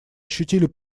ощутили